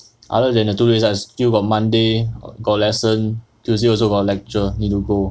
other than the two days I still got monday got lesson tuesday also got lecture need to go